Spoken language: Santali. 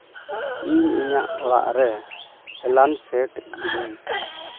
ᱤᱧ ᱤᱧᱟᱹᱜ ᱚᱲᱟᱜ ᱨᱮ ᱮᱞᱟᱨᱢ ᱥᱮᱴ ᱮᱫᱟᱹᱧ